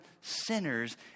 sinners